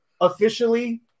officially